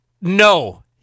No